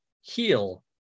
heal